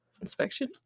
inspection